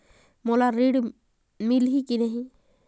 मोला ऋण मिलही की नहीं?